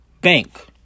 bank